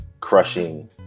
crushing